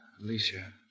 Alicia